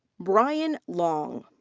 brian long.